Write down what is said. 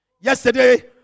Yesterday